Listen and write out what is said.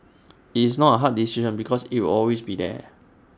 it's not A hard decision because IT will always be there